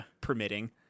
permitting